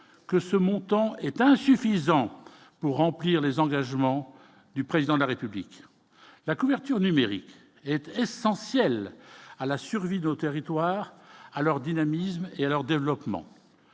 que ce montant est insuffisant pour remplir les engagements du président de la République, la couverture numérique était essentielle à la survie de nos territoires à leur dynamisme et leur développement,